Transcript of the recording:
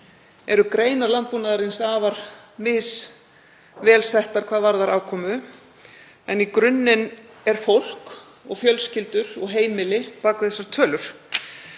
eru greinar landbúnaðarins afar misvel settar hvað varðar afkomu en í grunninn er fólk og fjölskyldur og heimili bak við þessar tölur.